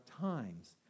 times